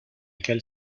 lequel